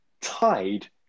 tied